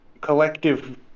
collective